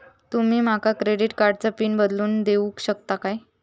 तुमी माका क्रेडिट कार्डची पिन बदलून देऊक शकता काय?